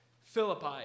Philippi